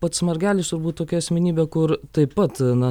pats margelis turbūt tokia asmenybė kur taip pat na